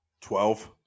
Twelve